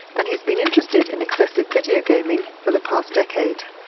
and he's been interested in excessive video gaming for the past decade.